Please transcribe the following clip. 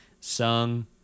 Sung